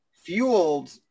fueled